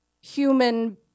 human